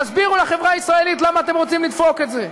תסבירו לחברה הישראלית למה אתם רוצים לדפוק את זה.